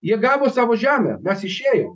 jie gavo savo žemę mes išėjom